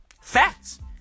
Facts